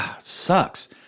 Sucks